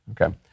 Okay